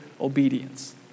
obedience